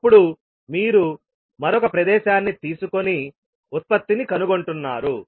అప్పుడు మీరు మళ్ళీ మీరు మరొక ప్రదేశాన్ని తీసుకొని ఉత్పత్తిని కనుగొంటున్నారు